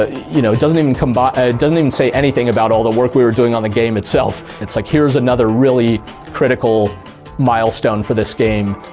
you know, it doesn't even come by ah it doesn't even say anything about all the work we were doing on the game itself. it's like, here's another really critical milestone for this game,